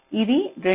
ఇది 2